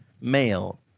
male